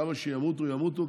כמה שימותו ימותו,